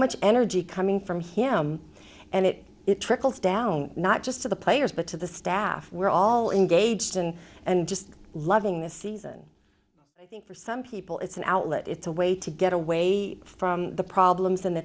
much energy coming from him and it trickles down not just to the players but to the staff we're all engaged in and just loving the season i think for some people it's an outlet it's a way to get away from the problems in the